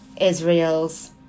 Israel's